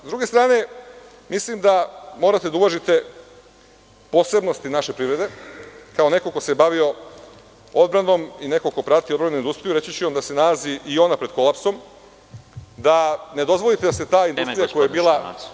Sa druge strane, mislim da morate da uvažite posebnosti naše privrede, kao neko ko se bavio odbranom i neko ko brati odbrambenu industriju, reći ću vam da se i ona nalazi pred kolapsom, da ne dozvolite da se ta industrija koja je bila…